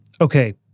Okay